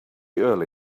early